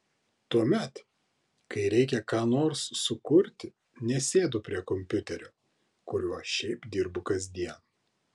tuomet kai reikia ką nors sukurti nesėdu prie kompiuterio kuriuo šiaip dirbu kasdien